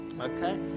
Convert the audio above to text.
Okay